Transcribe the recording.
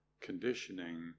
conditioning